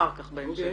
אחר כך, בהמשך.